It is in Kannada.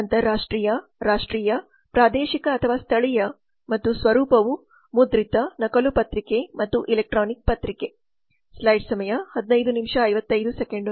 ವ್ಯಾಪ್ತಿ ಅಂತರರಾಷ್ಟ್ರೀಯ ರಾಷ್ಟ್ರೀಯ ಪ್ರಾದೇಶಿಕ ಅಥವಾ ಸ್ಥಳೀಯ ಮತ್ತು ಸ್ವರೂಪವು ಮುದ್ರಿತ ನಕಲು ಪತ್ರಿಕೆ ಮತ್ತು ಎಲೆಕ್ಟ್ರಾನಿಕ್ ಪತ್ರಿಕೆ